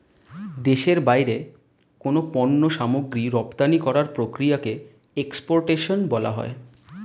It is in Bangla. দেশের বাইরে কোনো পণ্য সামগ্রী রপ্তানি করার প্রক্রিয়াকে এক্সপোর্টেশন বলা হয়